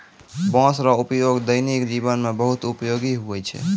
बाँस रो उपयोग दैनिक जिवन मे बहुत उपयोगी हुवै छै